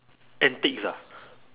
antics ah